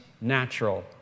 natural